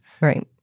Right